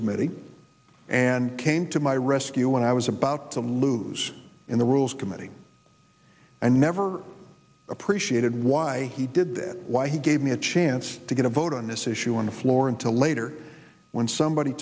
committee and came to my rescue when i was about to lose in the rules committee and never appreciated why he did that why he gave me a chance to get a vote on this issue on the floor until later when somebody